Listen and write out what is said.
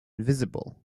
visible